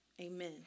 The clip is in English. Amen